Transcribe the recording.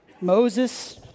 Moses